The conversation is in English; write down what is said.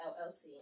LLC